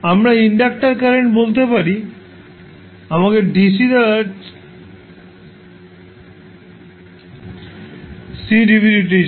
আমরা inductor current বলতে পারি C dv dt হিসাবে